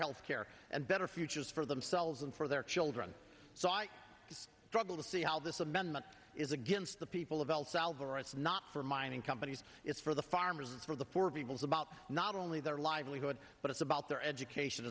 health care and better futures for themselves and for their children so i struggle to see how this amendment is against the people of el salvador it's not for mining companies it's for the farmers it's for the for people's about not only their livelihood but it's about their education